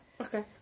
okay